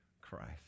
Christ